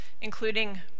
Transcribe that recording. including